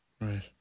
right